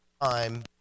time